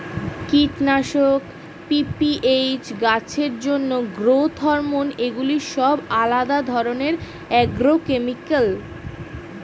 কীটনাশক, পি.পি.এইচ, গাছের জন্য গ্রোথ হরমোন এগুলি সব আলাদা ধরণের অ্যাগ্রোকেমিক্যাল